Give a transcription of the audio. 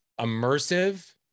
immersive